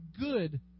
good